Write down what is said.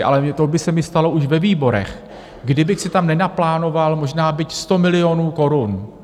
Ale to by se mi stalo už ve výborech, kdybych si tam nenaplánoval možná byť 100 milionů korun.